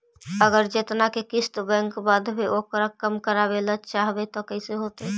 अगर जेतना के किस्त बैक बाँधबे ओकर कम करावे ल चाहबै तब कैसे होतै?